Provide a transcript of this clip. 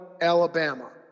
Alabama